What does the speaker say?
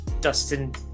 Dustin